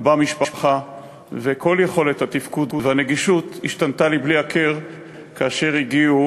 במשפחה וכל יכולת התפקוד והנגישות השתנתה לבלי הכר כאשר הגיעו,